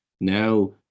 now